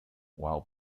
while